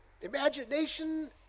imagination